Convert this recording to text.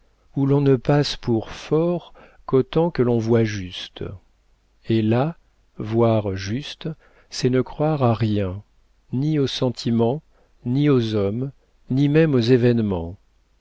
où l'on ne passe pour fort qu'autant que l'on voit juste et là voir juste c'est ne croire à rien ni aux sentiments ni aux hommes ni même aux événements